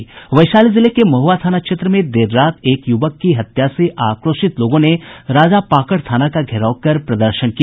वैशाली जिले के महुआ थाना क्षेत्र में देर रात एक युवक की हत्या से आक्रोशित लोगों ने राजापाकड़ थाना का घेराव कर प्रदर्शन किया